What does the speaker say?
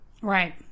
Right